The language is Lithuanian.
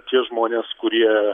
tie žmonės kurie